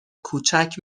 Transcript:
کوچک